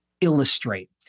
illustrate